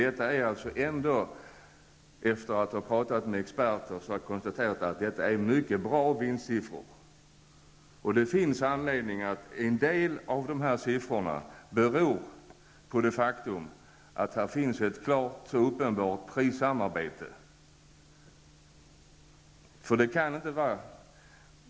Efter att ha talat med experter konstaterar jag att det rör sig om mycket bra vinstsiffror. Det finns anledning att tro att en del av de här siffrorna beror på det faktum att det här finns ett klart och uppenbart prissamarbete.